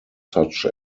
such